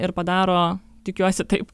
ir padaro tikiuosi taip